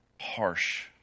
harsh